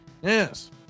Yes